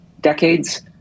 decades